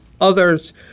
Others